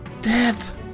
Death